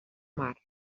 mar